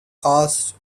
cast